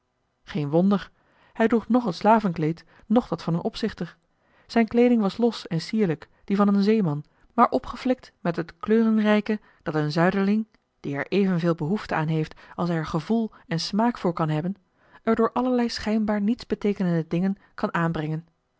geen wonder hij droeg noch het slavenkleed noch dat van een opzichter zijn kleeding was los en sierlijk die van een zeeman maar opgeflikt met het kleurenrijke dat een zuiderling die er evenveel behoefte aan heeft als hij er gevoel en smaak voor kan hebben er door allerlei schijnbaar niets beteekenende dingen kan aanbrengen